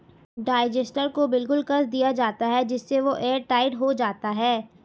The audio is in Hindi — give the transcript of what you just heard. डाइजेस्टर को बिल्कुल कस दिया जाता है जिससे वह एयरटाइट हो जाता है